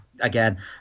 Again